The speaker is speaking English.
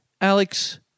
Alex